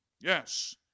Yes